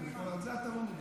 --- אבל על זה אתה לא מגיב.